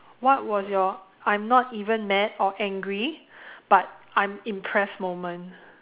what was your I'm not even mad or angry but I'm impressed moment